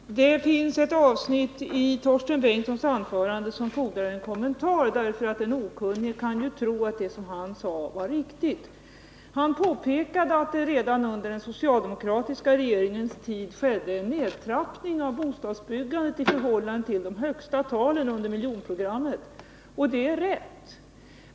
Herr talman! Det finns eu avsnitt i Torsten Bengtsons anförande som fordrar en kommentar, därför att en okunnig kan ju tro att det han sade var riktigt. Han påpekade att det redan under den socialdemokratiska regeringens tid skedde en nedtrappning av bostadsbyggandet i förhållande till de högsta talen under miljonprogrammet, och det är rätt.